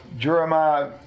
Jeremiah